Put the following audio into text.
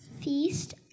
feast